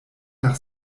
nach